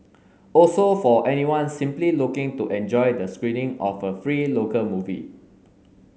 also for anyone simply looking to enjoy the screening of a free local movie